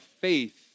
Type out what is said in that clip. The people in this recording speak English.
faith